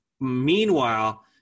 meanwhile